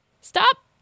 stop